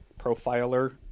profiler